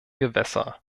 gewässer